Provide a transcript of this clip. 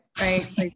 right